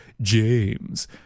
James